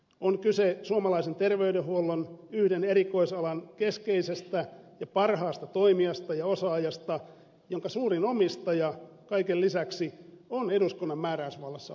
on kyse suomalaisen terveydenhuollon yhden erikoisalan keskeisestä ja parhaasta toimijasta ja osaajasta jonka suurin omistaja kaiken lisäksi on eduskunnan määräysvallassa oleva kela